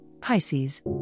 Pisces